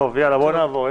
נעבור.